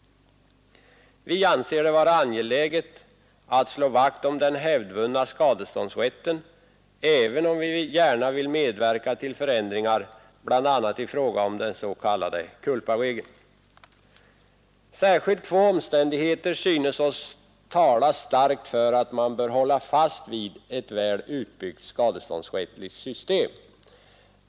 Vi anser det vara angeläget att slå vakt om den hävdvunna skadeståndsrätten, även om vi gärna vill medverka till förändringar bl.a. i fråga om den s.k. culparegeln. Särskilt två omständigheter synes oss tala starkt för att man bör hålla fast vid ett väl utbyggt skadeståndsrättsligt system.